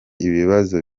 ibibazo